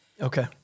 Okay